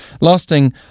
lasting